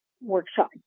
workshop